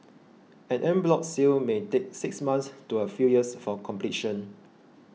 an en bloc sale may take six months to a few years for completion